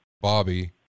Bobby